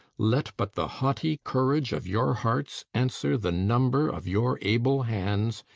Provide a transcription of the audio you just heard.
let but the haughty courage of your hearts answer the number of your able hands,